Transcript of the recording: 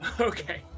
Okay